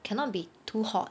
cannot be too hot